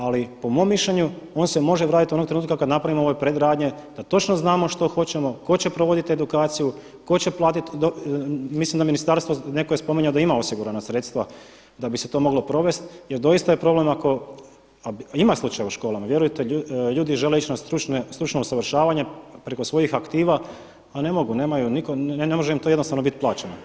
Ali po mom mišljenju on se može vratiti onoga trenutka kada napravimo ove predradnje da točno znamo što hoćemo, tko će provoditi edukaciju, tko će platiti mislim da ministarstvo netko je spominjao da ima osigurana sredstva da bi se to moglo provesti jer doista je problem ako a ima slučajeva u školama vjerujte ljudi žele ići na stručno usavršavanje preko svojih aktiva, a ne mogu, nemaju, ne može im to jednostavno biti plaćeno.